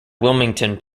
wilmington